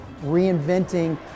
reinventing